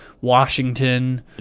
Washington